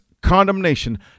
condemnation